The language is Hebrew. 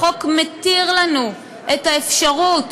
החוק מותיר לנו את האפשרות